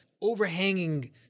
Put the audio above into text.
overhanging